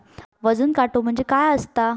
वजन काटो म्हणजे काय असता?